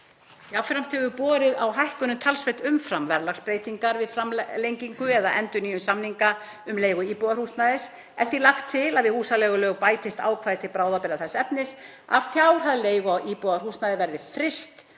Jafnframt hefur borið á hækkunum talsvert umfram verðlagsbreytingar við framlengingu eða endurnýjun samninga um leigu íbúðarhúsnæðis. Er því lagt til að við húsaleigulög bætist ákvæði til bráðabirgða þess efnis að fjárhæð leigu á íbúðarhúsnæði verði fryst til